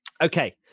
Okay